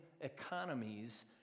economies